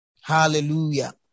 Hallelujah